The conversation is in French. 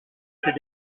ses